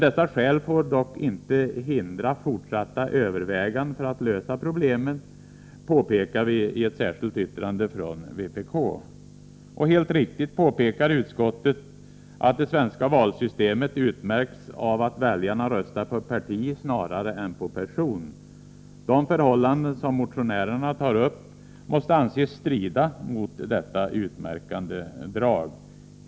Dessa skäl får dock inte hindra fortsatta överväganden för att lösa problemet, påpekar vi i ett särskilt yttrande från vpk. Helt riktigt framhåller utskottet att det svenska valsystemet utmärks av att väljarna röstar på parti snarare än på person. De förhållanden som motionärerna tar upp måste anses strida mot detta utmärkande drag.